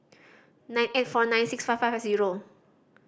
nine eight four nine six five five zero